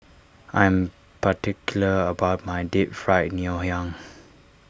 I am particular about my Deep Fried Ngoh Hiang